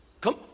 Come